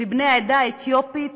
מבני העדה האתיופית